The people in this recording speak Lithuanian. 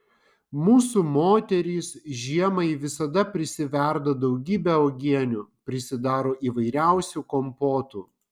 mūsų moterys žiemai visada prisiverda daugybę uogienių prisidaro įvairiausių kompotų